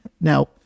Now